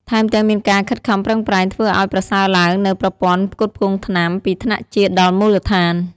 ថែមទាំងមានការខិតខំប្រឹងប្រែងធ្វើឱ្យប្រសើរឡើងនូវប្រព័ន្ធផ្គត់ផ្គង់ថ្នាំ ពីថ្នាក់ជាតិដល់មូលដ្ឋាន។